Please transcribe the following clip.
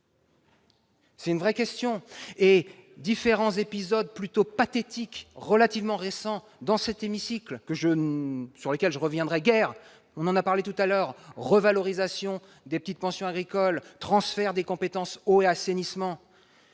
C'est une véritable question ! Les différents épisodes plutôt pathétiques, relativement récents, qui ont eu lieu dans cet hémicycle, sur lesquels je ne reviendrai guère, et dont on a parlé tout à l'heure- revalorisation des petites pensions agricoles, transfert des compétences eau et assainissement